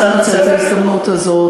רוצה לנצל את ההזדמנות הזאת,